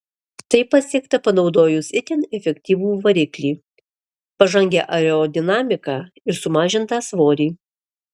tai pasiekta panaudojus itin efektyvų variklį pažangią aerodinamiką ir sumažintą svorį